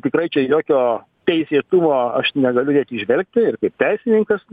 tikrai čia jokio teisėtumo aš negaliu net įžvelgti ir kaip teisininkas